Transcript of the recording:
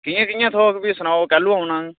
कि'यां कि'यां थ्होग बी सनाओ कैलू औना